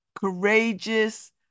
courageous